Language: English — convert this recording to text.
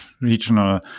regional